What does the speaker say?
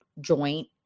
joint